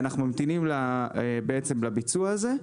אנחנו ממתינים לביצוע הזה.